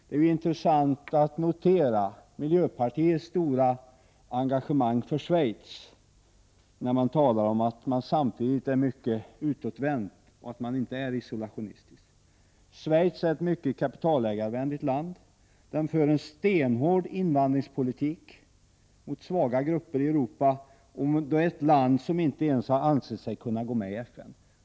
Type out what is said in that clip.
Det är vidare intressant att notera miljöpartiets stora engagemang för Schweiz, när miljöpartiet samtidigt talar om att man är mycket utåtvänd och inte isolationistisk. Schweiz är ett mycket kapitalägarvänligt land. Landet för en stenhård invandringspolitik mot svaga grupper i Europa, och det är ett land som inte ens har ansett sig kunna gå med i FN.